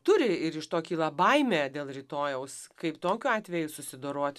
turi ir iš to kyla baimė dėl rytojaus kaip tokiu atveju susidorot